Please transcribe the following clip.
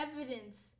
evidence